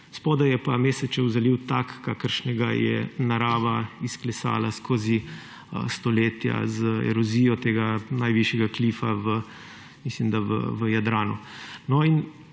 spodaj je pa Mesečev zaliv tak, kakršnega je narava izklesala skozi stoletja z erozijo tega najvišjega klifa, mislim